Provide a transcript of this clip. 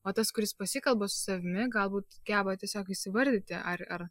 o tas kuris pasikalba su savimi galbūt geba tiesiog įsivardyti ar ar